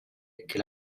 che